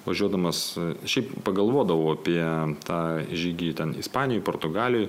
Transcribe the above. važiuodamas šiaip pagalvodavau apie tą žygį ten ispanijoj portugalijoj